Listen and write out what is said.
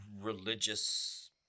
religious